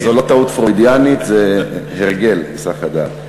זאת לא טעות פרוידיאנית, זה הרגל בהיסח הדעת.